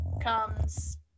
comes